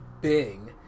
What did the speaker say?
bing